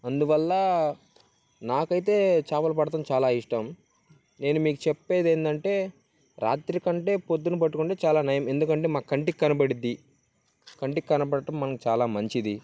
అందువల్ల నాకైతే చేపలు పట్టటం చాలా ఇష్టం నేను మీకు చెప్పేది ఏంటంటే రాత్రి కంటే పొద్దున పట్టుకుంటే చాలా నయం ఎందుకంటే మాకు కంటికి కనబడుతుంది కంటికి కనబడటం మనకు చాలా మంచిది